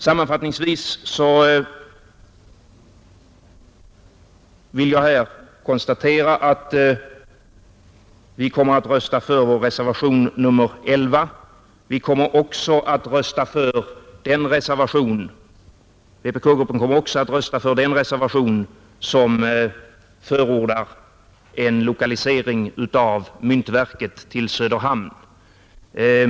Sammanfattningsvis vill jag här säga att vi kommer att rösta för vår reservation nr 11. Vpk kommer också att rösta för den reservation som förordar en lokalisering utav myntverket till Söderhamn.